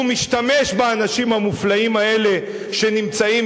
הוא משתמש באנשים המופלאים האלה שנמצאים